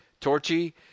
Torchy